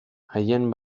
haien